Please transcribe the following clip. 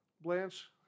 Blanche